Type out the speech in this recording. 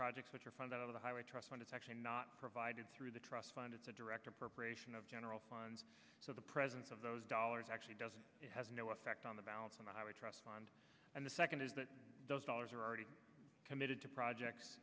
projects which are found out of the highway trust fund it's actually not provided through the trust fund it's a direct appropriation of general funds so the presence of those dollars actually doesn't it has no effect on the balance on the highway trust fund and the second is that it does dollars are already committed to projects